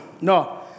no